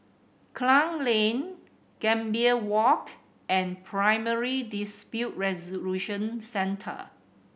Klang Lane Gambir Walk and Primary Dispute Resolution Centre